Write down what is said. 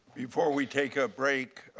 before we take a break,